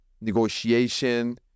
negotiation